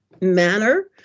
manner